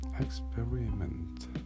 experiment